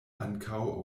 ankaŭ